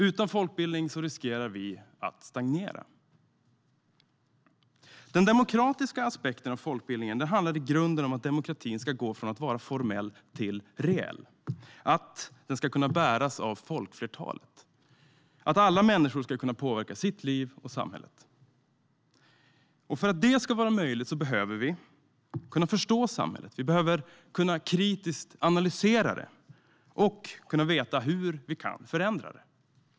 Utan folkbildning riskerar vi att stagnera. Den demokratiska aspekten av folkbildningen handlar i grunden om att demokratin ska gå från att vara formell till att vara reell - att den ska kunna bäras av folkflertalet. Alla människor ska kunna påverka sitt liv och samhället. För att det ska vara möjligt behöver vi kunna förstå samhället. Vi behöver kunna analysera det kritiskt och veta hur vi kan förändra det.